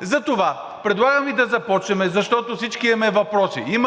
Затова предлагам Ви да започваме, защото всички имаме въпроси.